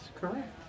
correct